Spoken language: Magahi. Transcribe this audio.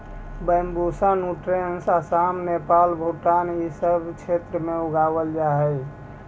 बैंम्बूसा नूटैंस असम, नेपाल, भूटान इ सब क्षेत्र में उगावल जा हई